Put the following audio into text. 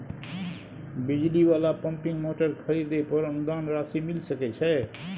बिजली वाला pumping motor खरीदे पर अनुदान राशि मिल सके छैय?